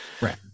right